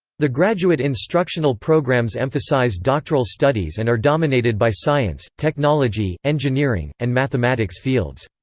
the graduate instructional programs emphasize doctoral studies and are dominated by science, technology, engineering, and mathematics fields.